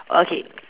okay